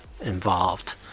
involved